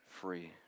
free